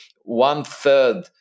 one-third